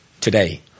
today